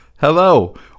Hello